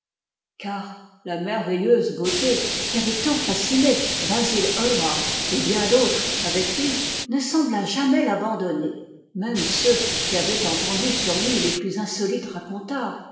car la merveilleuse beauté qui avait tant fasciné basil hallward et bien d'autres avec lui ne sembla jamais l'abandonner même ceux qui avaient entendu sur lui les plus insolites racontars